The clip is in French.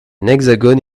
hexagone